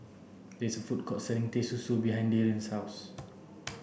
there is a food court selling Teh Susu behind Darion's house